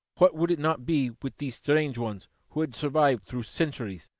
what would it not be with these strange ones who had survived through centuries,